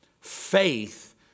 Faith